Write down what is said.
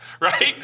right